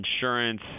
insurance